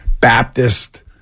Baptist